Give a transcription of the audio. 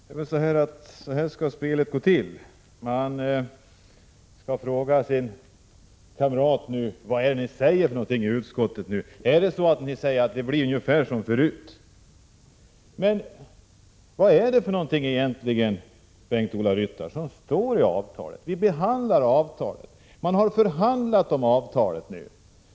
Fru talman! Så här skall spelet tydligen gå till. Man skall fråga sin kamrat: Vad är det ni säger i utskottet? Säger ni att det blir ungefär som förut? Men vad står det i avtalet, Bengt-Ola Ryttar? Man har förhandlat om avtalet.